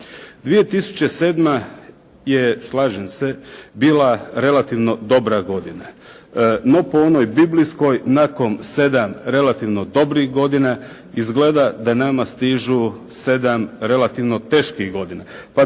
2007. je slažem se, bila relativno dobra godina. No po onoj biblijskoj nakon sedam relativno dobrih godina, izgleda da nama stižu sedam relativno teških godina.